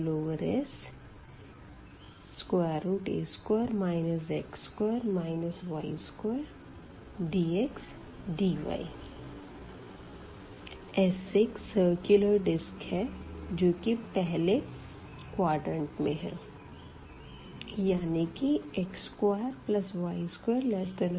Sa2 x2 y2dxdy S एक circular disk है जो की पहले क्वाड्रंट में है यानी कि x2y2a2